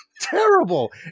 terrible